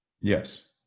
Yes